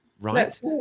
right